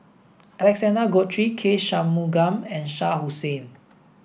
Alexander Guthrie K Shanmugam and Shah Hussain